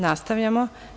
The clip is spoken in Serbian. Nastavljamo.